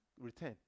Return